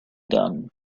done